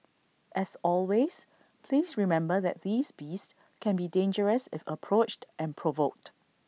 as always please remember that these beasts can be dangerous if approached and provoked